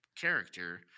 character